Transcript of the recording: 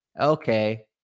okay